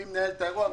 מי מנהל את האירוע,